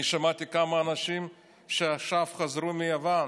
אני שמעתי כמה אנשים שעכשיו חזרו מיוון.